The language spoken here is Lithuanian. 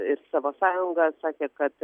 ir savo sąjungą sakė kad